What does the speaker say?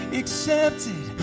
accepted